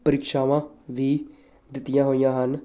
ਪ੍ਰੀਕਸ਼ਾਵਾਂ ਵੀ ਦਿੱਤੀਆਂ ਹੋਈਆਂ ਹਨ